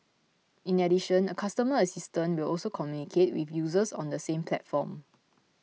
in addition a customer assistant will also communicate with users on the same platform